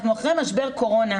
אנחנו אחרי משבר קורונה,